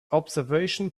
observation